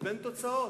לבין תוצאות.